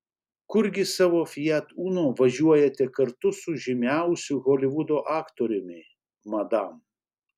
kurgi savo fiat uno važiuojate kartu su žymiausiu holivudo aktoriumi madam